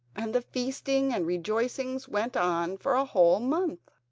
and the feasting and rejoicings went on for a whole month.